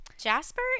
Jasper